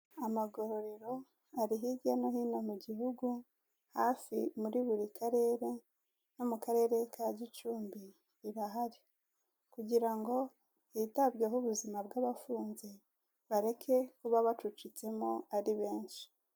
Amagororero ari hirya no hino mu gihugu, hafi muri buri karere, no mu karere ka Gicumbi irahari. Kugira ngo hitabweho ubuzima bw'abafunze, bareke kuba bacucitsemo ari benshi.